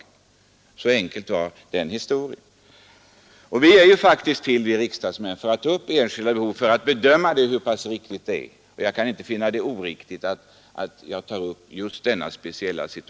Så enkel var historien. Vi riksdagsmän är ju faktiskt till för att ta upp enskilda fall och försöka bedöma hur pass stora behoven är. Jag kan inte finna det oriktigt att jag tar upp detta speciella fall.